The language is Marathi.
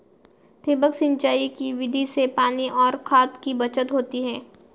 ठिबक सिंचाई की विधि से पानी और खाद की बचत होती है